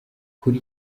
kuri